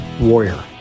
Warrior